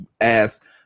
ask